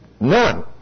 None